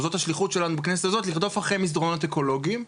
זו השליחות שלנו בכנסת הזאת לרדוף אחרי מסדרונות אקולוגיים,